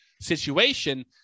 situation